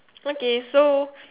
okay so